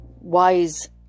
wise